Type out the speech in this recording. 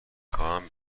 خواهم